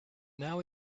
now